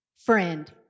Friend